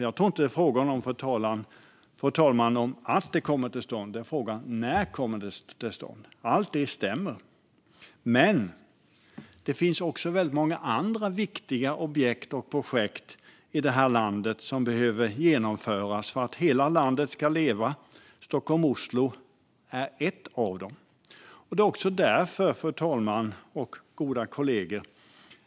Jag tror nämligen inte att det är fråga om ifall det kommer till stånd; det är fråga om när det kommer till stånd, fru talman. Allt stämmer. Men det finns många andra viktiga objekt och projekt i landet som också behöver genomföras för att hela landet ska leva. Stockholm-Oslo är ett av dem. Fru talman! Goda kollegor!